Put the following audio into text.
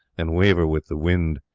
and waver with the wind.